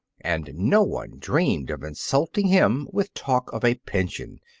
and no one dreamed of insulting him with talk of a pension,